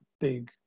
big